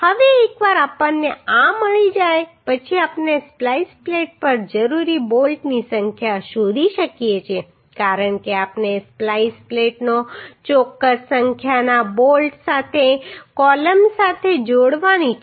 હવે એકવાર આપણને આ મળી જાય પછી આપણે સ્પ્લાઈસ પ્લેટ પર જરૂરી બોલ્ટની સંખ્યા શોધી શકીએ છીએ કારણ કે આપણે સ્પ્લાઈસ પ્લેટને ચોક્કસ સંખ્યાના બોલ્ટ સાથે કોલમ સાથે જોડવાની છે